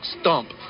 stump